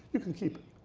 you can keep it.